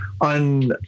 on